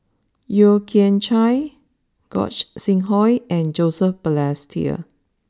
Yeo Kian Chai Gog sing Hooi and Joseph Balestier